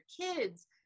kids